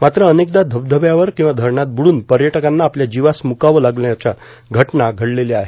मात्र अनेकदा धबधब्यावर किंवा धरणात बुडून पर्यटकांना आपल्या जीवास मुकावे लागल्याच्या घटना घडलेल्या आहेत